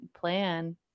plan